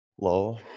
low